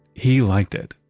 he liked it.